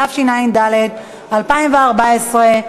התשע"ד 2014,